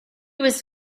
was